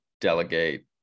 delegate